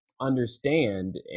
understand